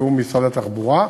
בתיאום עם משרד התחבורה.